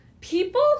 People